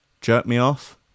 Jerk-me-off